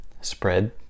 spread